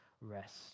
rest